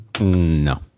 No